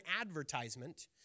advertisement